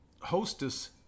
hostess